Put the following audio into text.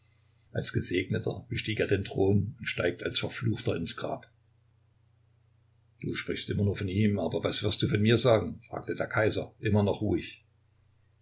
als gesegneter bestieg er den thron und stieg als verfluchter ins grab du sprichst immer nur von ihm aber was wirst du von mir sagen fragte der kaiser immer noch ruhig